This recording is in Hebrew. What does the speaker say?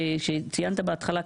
שציינת בהתחלה,